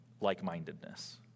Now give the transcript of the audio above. like-mindedness